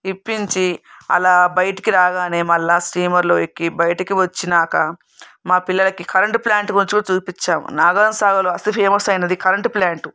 ఇప్పించి అలా బయటకు రాగానే మళ్ళీ స్టీమర్లో ఎక్కి బయటకు వచ్చినాక మా పిల్లలకి కరెంటు ప్లాంట్ కూడా చూపించాం నాగార్జునసాగర్లో అసలు ఫేమస్ అయినది కరెంట్ ప్లాంట్